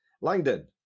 Langdon